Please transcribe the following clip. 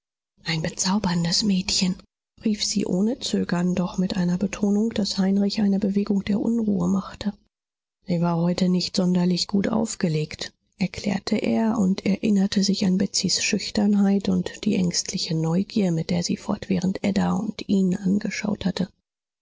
ein bezauberndes mädchen rief sie ohne zögern doch mit einer betonung daß heinrich eine bewegung der unruhe machte sie war heute nicht sonderlich gut aufgelegt erklärte er und erinnerte sich an betsys schüchternheit und die ängstliche neugier mit der sie fortwährend ada und ihn angeschaut hatte